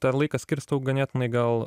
tą laiką skirstau ganėtinai gal